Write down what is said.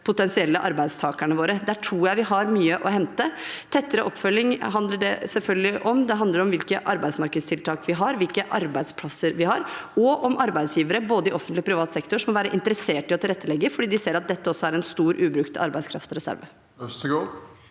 potensielle arbeidstakerne våre. Der tror jeg vi har mye å hente. Tettere oppfølging handler det selvfølgelig om. Det handler om hvilke arbeidsmarkedstiltak vi har, hvilke arbeidsplasser vi har, og om arbeidsgivere både i offentlig og i privat sektor skal være interessert i å tilrettelegge fordi de ser at dette også er en stor, ubrukt arbeidskraftreserve.